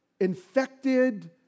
infected